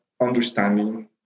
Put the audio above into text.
understanding